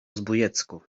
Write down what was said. zbójecku